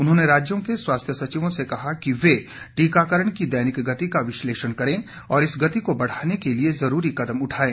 उन्होंने राज्यों के स्वास्थ्य सचिवों से कहा कि वे टीकाकरण की दैनिक गति का विश्लेषण करें और इस गति को बढ़ाने के लिए जरूरी कदम उठाएं